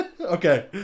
Okay